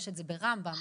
זה קיים ברמב"ם,